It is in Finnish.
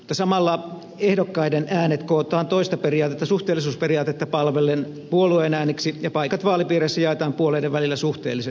samalla ehdokkaiden äänet kootaan toista periaatetta suhteellisuusperiaatetta palvellen puolueen ääniksi ja paikat vaalipiireissä jaetaan puolueiden välillä suhteellisesti